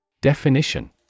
Definition